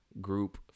group